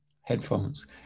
headphones